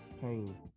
pain